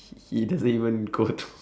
he doesn't even go to